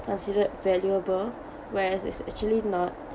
considered valuable whereas it's actually not